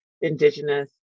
indigenous